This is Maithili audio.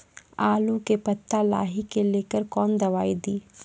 आलू के पत्ता लाही के लेकर कौन दवाई दी?